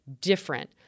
different